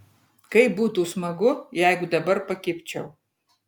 kaip būtų smagu jeigu dabar pakibčiau